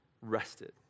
rested